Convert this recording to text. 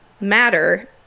matter